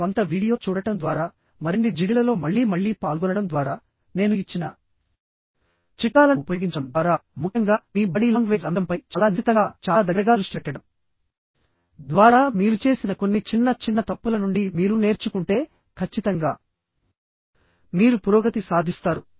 మీ స్వంత వీడియో చూడటం ద్వారా మరిన్ని జిడిలలో మళ్లీ మళ్లీ పాల్గొనడం ద్వారా నేను ఇచ్చిన చిట్కాలను ఉపయోగించడం ద్వారా ముఖ్యంగా మీ బాడీ లాంగ్వేజ్ అంశంపై చాలా నిశితంగా చాలా దగ్గరగా దృష్టి పెట్టడం ద్వారా మీరు చేసిన కొన్ని చిన్న చిన్న తప్పుల నుండి మీరు నేర్చుకుంటే ఖచ్చితంగా మీరు పురోగతి సాధిస్తారు